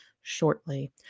shortly